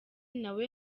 nawo